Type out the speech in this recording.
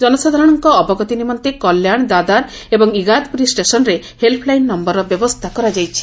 ଜନସାଧାରଣଙ୍କ ଅବଗତି ନିମନ୍ତେ କଲ୍ୟାଣ ଦାଦାର ଏବଂ ଇଗାତପ୍ରରୀ ଷ୍ଟେସନ୍ରେ ହେଲ୍ପଲାଇନ୍ ନମ୍ଭରର ବ୍ୟବସ୍ଥା କରାଯାଇଛି